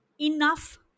enough